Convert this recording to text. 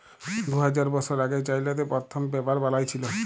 দু হাজার বসর আগে চাইলাতে পথ্থম পেপার বালাঁই ছিল